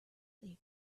they